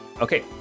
Okay